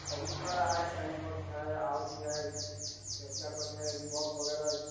बहुत सारा है कैंपस है और भी है का तो है रिबोक वगैरह भी